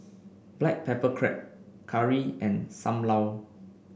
Black Pepper Crab curry and Sam Lau